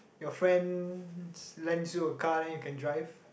you friends lends you a car then you can drive